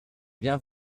viens